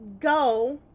go